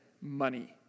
money